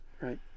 Right